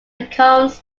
becomes